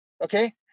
Okay